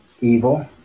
Evil